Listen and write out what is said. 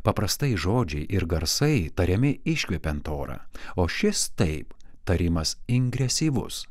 paprastai žodžiai ir garsai tariami iškvepiant orą o šis taip tarimas ingresyvus